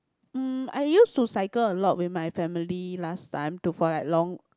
um I used to cycle a lot with my family last time to for like long